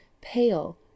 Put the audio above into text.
pale